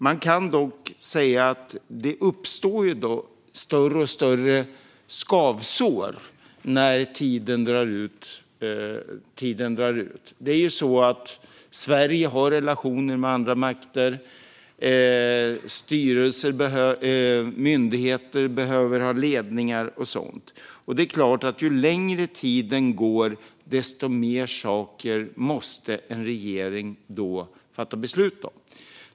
Man kan dock säga att det uppstod större och större skavsår när det drog ut på tiden. Sverige har ju relationer med andra makter, myndigheter behöver ha ledningar och så vidare. Ju längre tiden går, desto mer måste en regering då fatta beslut om.